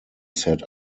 set